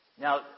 Now